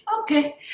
Okay